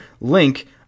Link